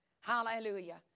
Hallelujah